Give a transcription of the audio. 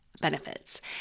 benefits